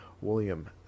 William